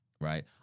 right